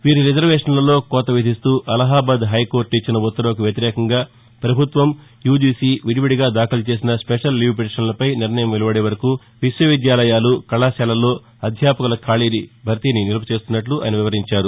వీరి రిజర్వేషన్లలో కోత విధిస్తూ అలహాబాద్ హైకోర్ట ఇచ్చిన ఉత్తర్వుకు వ్యతిరేకంగా పభుత్వం యూజీసీ విడివిడిగా దాఖలు చేసిన స్పెషల్ లీవ్ పిటిషన్లపై నిర్ణయం వెలువడే వరకు విశ్వవిద్యాలయాలుకళాశాలల్లో అధ్యాపకుల ఖాళీల భర్తీని నిలుపుచేసినట్లు వివరించారు